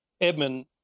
Edmund